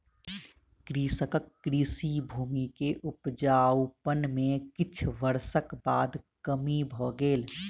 कृषकक कृषि भूमि के उपजाउपन में किछ वर्षक बाद कमी भ गेल